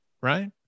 Right